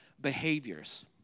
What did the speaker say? behaviors